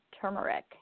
turmeric